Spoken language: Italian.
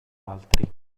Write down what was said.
altri